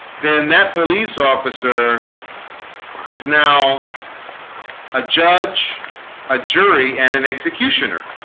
then that police officer is now a judge a jury and an executioner